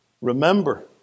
Remember